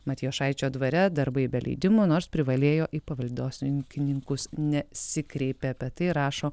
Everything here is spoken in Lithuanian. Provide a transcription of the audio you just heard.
matijošaičio dvare darbai be leidimo nors privalėjo į paveldosaugininkus nesikreipė apie tai rašo